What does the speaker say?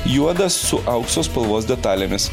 juoda su aukso spalvos detalėmis